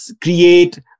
create